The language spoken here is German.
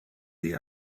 sie